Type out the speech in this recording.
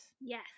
Yes